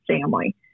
family